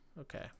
Okay